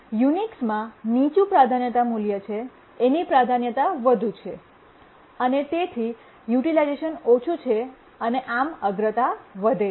યુનિક્સમાં નીચું પ્રાધાન્યતા મૂલ્ય છે એની વધુ પ્રાધાન્યતા છે અને તેથી યુટિલાઇઝેશન ઓછુ છે અને આમ અગ્રતા વધે છે